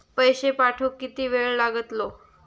पैशे पाठवुक किती वेळ लागतलो?